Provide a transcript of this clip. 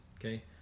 Okay